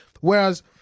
Whereas